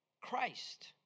christ